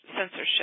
censorship